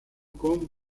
con